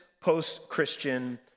post-Christian